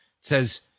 says